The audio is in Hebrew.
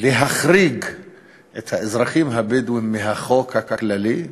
להחריג את האזרחים הבדואים מהחוק הכללי,